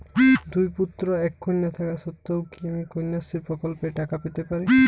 দুই পুত্র এক কন্যা থাকা সত্ত্বেও কি আমি কন্যাশ্রী প্রকল্পে টাকা পেতে পারি?